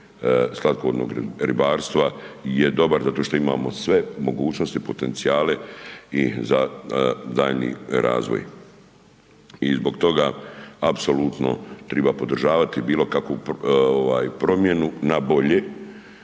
slatkovodnog ribarstva je dobar zato što imamo sve mogućnosti, potencijale i za daljnji razvoj. I zbog toga apsolutno treba podržavati bilokakvu promjenu na bolje